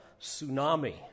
tsunami